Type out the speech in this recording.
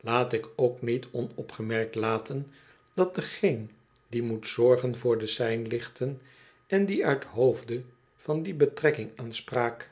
laat ik ook niet onopgemerkt laten dat degeen die moet zorgen voor de seinlichten en die uit hoofde van die betrekking aanspraak